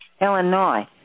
Illinois